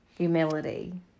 Humility